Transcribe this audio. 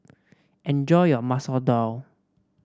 enjoy your Masoor Dal